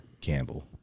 Campbell